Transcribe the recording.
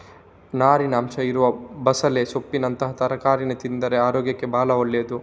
ನಾರಿನ ಅಂಶ ಇರುವ ಬಸಳೆ ಸೊಪ್ಪಿನಂತಹ ತರಕಾರೀನ ತಿಂದ್ರೆ ಅರೋಗ್ಯಕ್ಕೆ ಭಾಳ ಒಳ್ಳೇದು